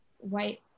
white